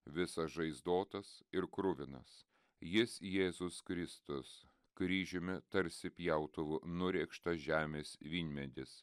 visas žaizdotas ir kruvinas jis jėzus kristus kryžiumi tarsi pjautuvu nurėkžtą žemės vynmedis